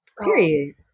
Period